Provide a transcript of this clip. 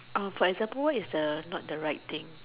oh for example what is the not the right thing